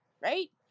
right